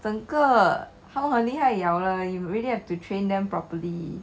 整个他们很厉害咬了 you really have to train them properly